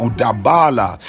Udabala